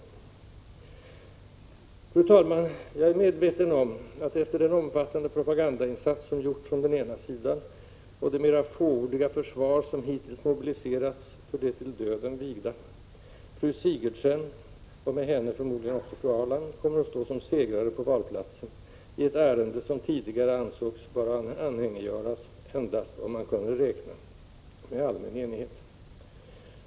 Fru talman! Jag är medveten om att, efter den omfattande propagandainsats som gjorts från den ena sidan och det mera fåordiga försvar som hittills mobiliserats för de till döden vigda, fru Sigurdsen — och med henne också förmodligen fru Ahrland — kommer att stå som segrare på valplatsen i ett ärende, som tidigare ansågs böra anhängiggöras endast om man kunde räkna med allmän enighet.